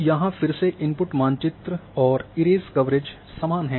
तो यहाँ फिर से इनपुट मानचित्र और इरेज़ कवरेज़ समान है